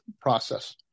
process